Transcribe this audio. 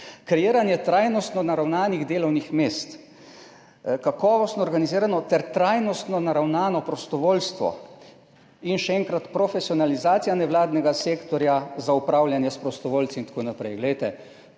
kreiranje trajnostno naravnanih delovnih mest, kakovostno organizirano ter trajnostno naravnano prostovoljstvo in, še enkrat, profesionalizacija nevladnega sektorja za upravljanje s prostovoljci in tako naprej.